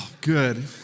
good